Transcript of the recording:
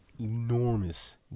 enormous